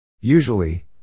Usually